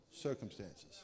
circumstances